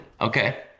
Okay